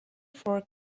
for